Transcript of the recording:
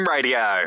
Radio